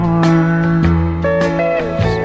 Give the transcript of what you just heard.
arms